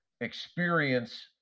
experience